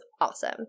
awesome